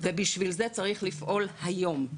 ובשביל זה צריך לפעול היום.